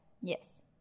yes